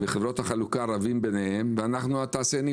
חברות החלוקה רבים ביניהם ואנחנו התעשיינים